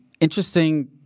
interesting